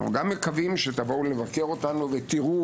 אנו גם מקווים שתבואו לבקר אותנו ותראו